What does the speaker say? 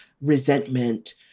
resentment